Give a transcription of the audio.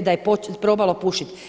da je probalo pušiti.